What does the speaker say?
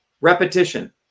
Repetition